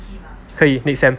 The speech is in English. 可以 next sem